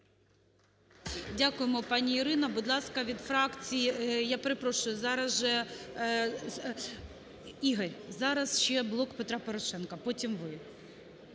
Дякуємо, пані Ірина. Будь ласка, від фракції… Я перепрошую, зараз же… Ігорю, зараз ще "Блок Петра Порошенка", потім – ви.